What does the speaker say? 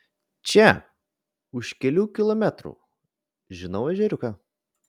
čia už kelių kilometrų žinau ežeriuką